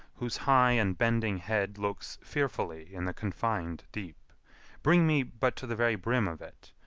whose high and bending head looks fearfully in the confined deep bring me but to the very brim of it,